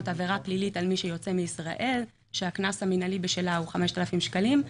עבירה פלילית על מי שיוצא מישראל כשהקנס המנהלי הוא 5,000 שקלים.